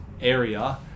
area